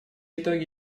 итоги